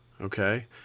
okay